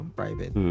private